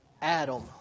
Adam